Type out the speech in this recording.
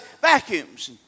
vacuums